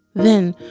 then,